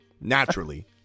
Naturally